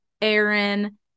aaron